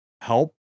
help